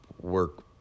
work